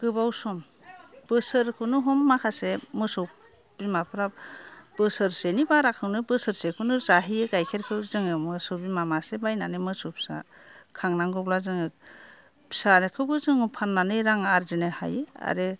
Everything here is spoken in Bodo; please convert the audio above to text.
गोबाव सम बोसोरखौनो हम माखासे मोसौ बिमाफ्रा बोसोरसेनि बाराखौनो बोसोरसेखौनो जाहोयो गाइखेरखौ जोङो मोसौ बिमा मासे बायनानै मोसौ फिसा खांनांगौब्ला जोङो फिसाखौबो जोङो फाननानै रां आरजिनो हायो आरो